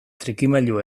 trikimailu